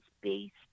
based